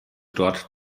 dort